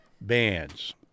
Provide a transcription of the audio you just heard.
bands